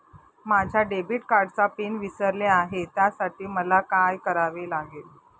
माझ्या डेबिट कार्डचा पिन विसरले आहे त्यासाठी मला काय करावे लागेल?